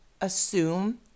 assume